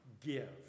give